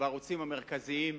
בערוצים המרכזיים,